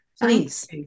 Please